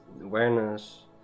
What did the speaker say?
awareness